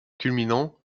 culminant